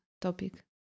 topic